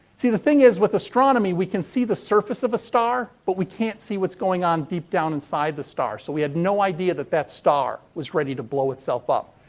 see, the thing is, with astronomy, we can see the surface of a star, but we can't see what's going on deep down inside the stars, so we had no idea that that star was ready to blow itself up.